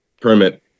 permit